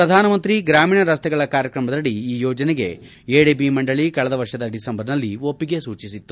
ಪ್ರಧಾನಮಂತ್ರಿ ಗ್ರಾಮೀಣ ರಸ್ತೆಗಳ ಕಾರ್ಯಕ್ರಮದಡಿ ಈ ಯೋಜನೆಗೆ ಎಡಿಬಿ ಮಂಡಳಿ ಕಳೆದ ವರ್ಷದ ದಿಸೆಂಬರ್ನಲ್ಲಿ ಒಪ್ಪಿಗೆ ಸೂಚಿಸಿತ್ತು